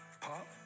pop